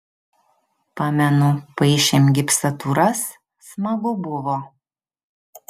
pamenu paišėm gipsatūras smagu buvo